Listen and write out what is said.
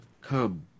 come